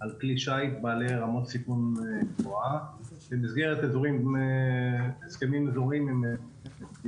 על כלי שיט בעלי רמת סיכון גבוהה במסגרת הסכמים אזוריים עם...